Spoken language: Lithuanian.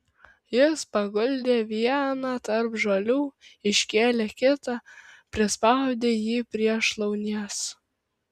jis paguldė vieną tarp žolių iškėlė kitą prispaudė jį prie šlaunies